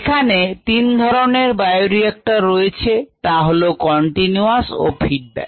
এখানে তিন ধরনের বায়োরিএক্টর রয়েছে তা হল কন্টিনিউয়াস ও ফিডব্যাচ